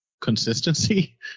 consistency